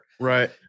right